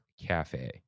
Cafe